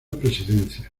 presidencia